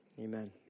amen